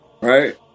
Right